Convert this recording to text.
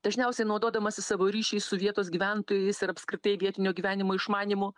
dažniausiai naudodamasis savo ryšiais su vietos gyventojais ir apskritai vietinio gyvenimo išmanymu